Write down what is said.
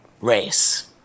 race